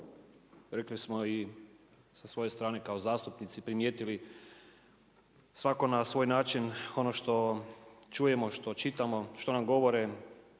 Rekli smo i sa svoje strane kao zastupnici, primijetili svako na svoj način ono što čujemo, što čitamo, što nam govore